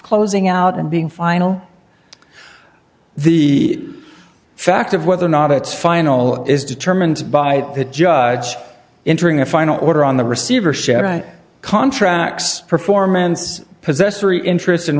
closing out and being final the fact of whether or not it's final is determined by the judge interim the final order on the receivership contracts performance possessory interest